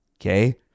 Okay